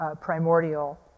primordial